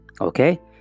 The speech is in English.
okay